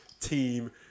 team